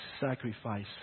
sacrifice